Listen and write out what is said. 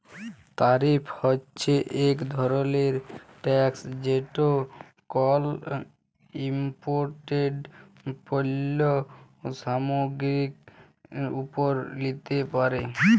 তারিফ হছে ইক ধরলের ট্যাকস যেট কল ইমপোর্টেড পল্য সামগ্গিরির উপর লিতে পারে